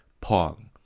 Pong